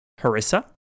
harissa